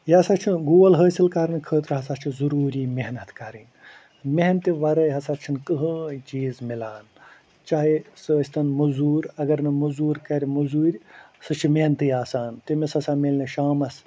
یہِ ہسا چھِ گول حٲصِل کرنہٕ خٲطرٕ ہَس چھُ ضُروٗری محنت کَرٕنۍ محنتہِ ورٲے ہسا چھُنہٕ کٕہٕنۍ چیٖز مِلان چاہیے سَہ ٲسۍ تن مُزوٗر اگر نہٕ مُزوٗر کَرِ مُزوٗرِ سُہ چھِ محنتی آسان تٔمس ہَسا ملنہِ شامس